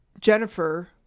Jennifer